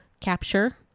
capture